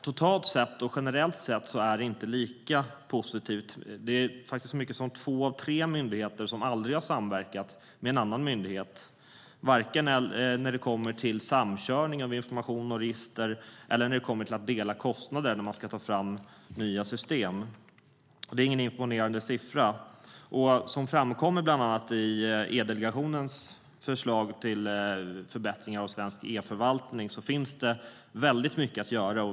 Totalt sett och generellt sett är det inte lika positivt. Det är faktiskt så många som två av tre myndigheter som aldrig har samverkat med en annan myndighet, varken när det kommer till samkörning av information och register eller när det kommer till att dela kostnaden när nya system ska tas fram. Det är ingen imponerande siffra. Som har framkommit i E-delegationens förslag till förbättringar av svensk e-förvaltning finns det mycket att göra.